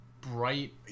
Bright